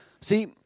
See